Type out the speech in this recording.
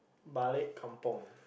balik kampung